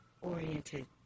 oriented